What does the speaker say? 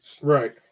right